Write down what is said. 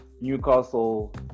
Newcastle